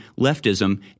leftism